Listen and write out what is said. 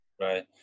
Right